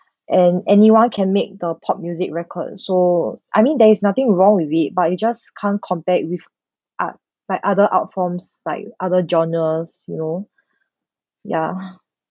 and anyone can make the pop music record so I mean there is nothing wrong with it but you just can't compare it with art by other art forms like other genres you know ya